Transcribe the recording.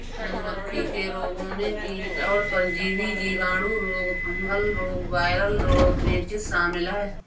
मधुमक्खी के रोगों में कीट और परजीवी, जीवाणु रोग, फंगल रोग, वायरल रोग, पेचिश शामिल है